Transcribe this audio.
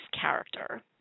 character